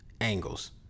angles